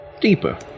deeper